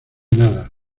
nada